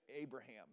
Abraham